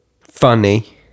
funny